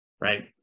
right